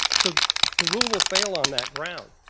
so the rule will fail on that ground,